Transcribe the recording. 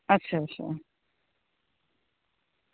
अच्छा अच्छा